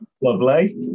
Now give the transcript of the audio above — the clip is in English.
lovely